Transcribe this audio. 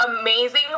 amazing